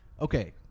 Okay